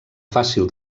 fàcil